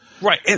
Right